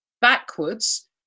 backwards